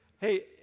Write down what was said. hey